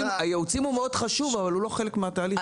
הייעוץ הוא מרכיב מאוד חשוב אבל הוא לא חלק מהתהליך.